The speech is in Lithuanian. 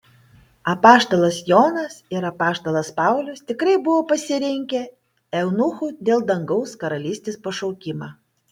apaštalas jonas ir apaštalas paulius tikrai buvo pasirinkę eunuchų dėl dangaus karalystės pašaukimą